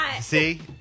See